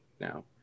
now